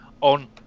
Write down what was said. on